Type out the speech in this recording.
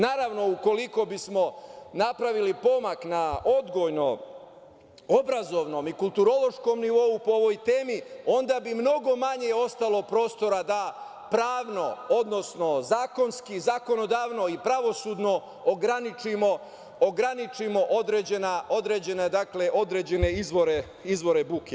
Naravno, ukoliko bismo napravili pomak na odgojno obrazovnom i kulturološkom nivou po ovoj temi onda bi mnogo manje ostalo prostora da pravno, odnosno zakonski, zakonodavno i pravosudno ograničimo određene izvore buke.